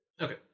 Okay